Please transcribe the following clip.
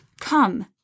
Come